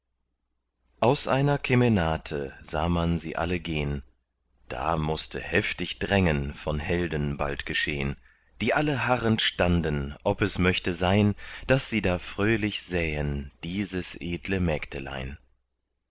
aus einer kemenate sah man sie alle gehn da mußte heftig drängen von helden bald geschehn die alle harrend standen ob es möchte sein daß sie da fröhlich sähen dieses edle mägdelein